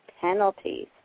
penalties